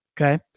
Okay